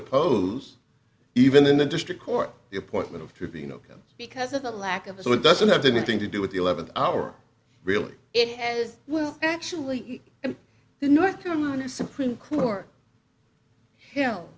oppose even in the district court the appointment of fifteen zero because of the lack of a so it doesn't have anything to do with the eleventh hour really it has well actually in the north carolina supreme court y